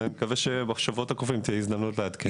ואני מקווה שבשבועות הקרובים תהיה הזדמנות לעדכן.